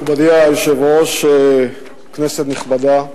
מכובדי היושב-ראש, כנסת נכבדה,